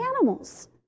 animals